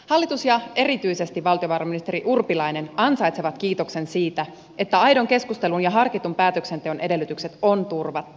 hallitus ja erityisesti valtiovarainministeri urpilainen ansaitsevat kiitoksen siitä että aidon keskustelun ja harkitun päätöksenteon edellytykset on turvattu